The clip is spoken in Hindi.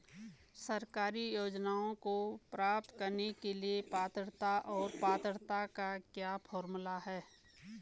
सरकारी योजनाओं को प्राप्त करने के लिए पात्रता और पात्रता का क्या फार्मूला है?